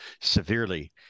severely